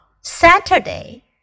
Saturday